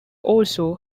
also